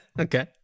Okay